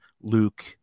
Luke